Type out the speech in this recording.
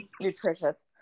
nutritious